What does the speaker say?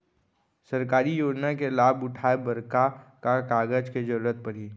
सरकारी योजना के लाभ उठाए बर का का कागज के जरूरत परही